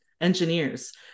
engineers